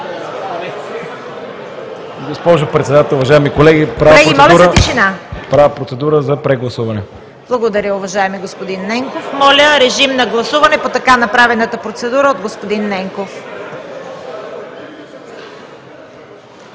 Госпожо Председател, уважаеми колеги, правя процедура за прегласуване. ПРЕДСЕДАТЕЛ ЦВЕТА КАРАЯНЧЕВА: Благодаря, уважаеми господин Ненков. Моля, режим на гласуване по така направената процедура от господин Ненков.